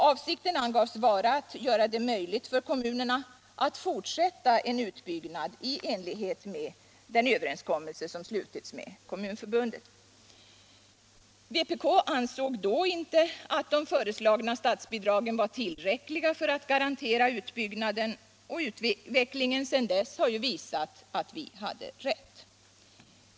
Avsikten angavs vara att göra det möjligt för kommunerna att fortsätta en utbyggnad i enlighet med den överenskommelse som träffats med Kommunförbundet. Vpk ansåg då inte att de föreslagna statsbidragen varit tillräckliga för att garantera utbyggnaden, och utvecklingen sedan dess har ju visat att vi hade rätt.